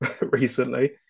recently